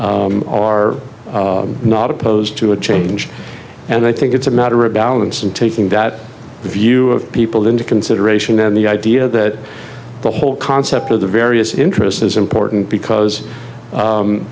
are not opposed to a change and i think it's a matter of balance and taking that view of people into consideration and the idea that the whole concept of the various interests is important because